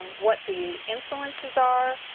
what the influences are,